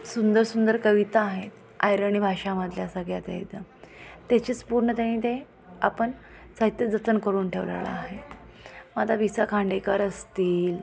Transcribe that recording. सुंदर सुंदर कविता आहेत अहिराणी भाषेमधल्या सगळ्या त्या एकदम त्याचेच पूर्ण त्यांनी ते आपण साहित्य जतन करून ठेवलेलं आहे मग आता वि स खांडेकर असतील